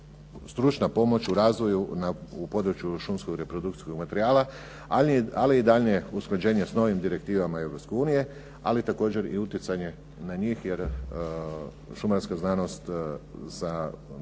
stručna pomoć u razvoju u području šumskog reprodukcijskog materijala, ali i daljnje usklađenje s novim direktivama Europske unije, ali također i utjecanje na njih, jer šumarska znanost u našim